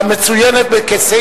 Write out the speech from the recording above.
המצוינת כמס'